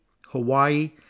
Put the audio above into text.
Hawaii